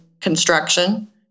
construction